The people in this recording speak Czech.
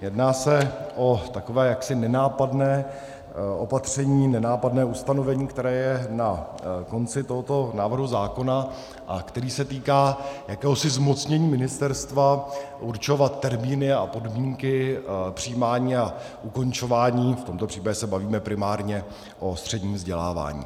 Jedná se o takové jaksi nenápadné opatření, nenápadné ustanovení, které je na konci tohoto návrhu zákona a které se týká jakéhosi zmocnění ministerstva určovat termíny a podmínky přijímání a ukončování v tomto případě se bavíme primárně o středním vzdělávání.